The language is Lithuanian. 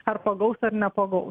ar pagaus ar nepagaus